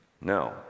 No